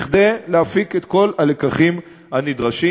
כדי להפיק את כל הלקחים הנדרשים.